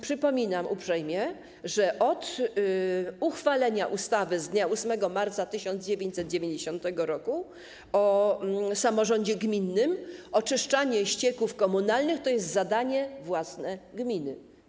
Przypominam uprzejmie, że od uchwalenia ustawy z dnia 8 marca 1990 r. o samorządzie gminnym oczyszczanie ścieków komunalnych to zadanie własne gminy.